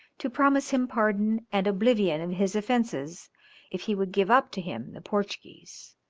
to promise him pardon and oblivion of his offences if he would give up to him the portuguese.